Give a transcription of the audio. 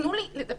תנו לי לדבר.